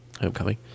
Homecoming